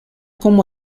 como